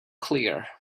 clear